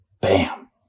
bam